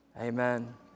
Amen